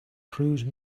cruise